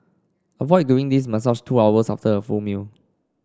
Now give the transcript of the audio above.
avoid doing this massage two hours after a full meal